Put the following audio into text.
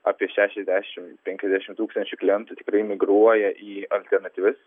apie šešiasdešimt penkiasdešimt tūkstančių klientų tikrai migruoja į alternatyves